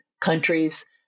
countries